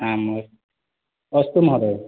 आम् अस्तु महोदय